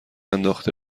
انداخته